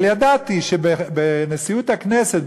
אבל ידעתי שבנשיאות הכנסת,